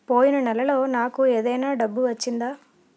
పోయిన నెలలో నాకు ఏదైనా డబ్బు వచ్చిందా?